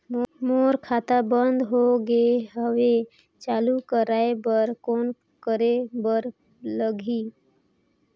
मोर खाता बंद हो गे हवय चालू कराय बर कौन करे बर लगही?